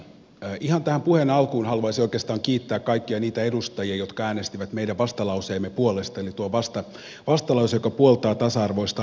ihan tähän puheen alkuun haluaisin oikeastaan kiittää kaikkia niitä edustajia jotka äänestivät meidän vastalauseemme puolesta eli tuon vastalauseen joka puoltaa tasa arvoista avioliittolakia